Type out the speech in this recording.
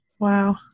Wow